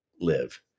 live